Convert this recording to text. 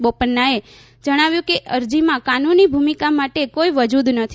બોપન્નાએ જણાવ્યું કે અરજીમાં કાનૂની ભૂમિકા માટે કોઈ વજૂદ નથી